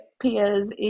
peers